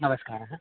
नमस्कारः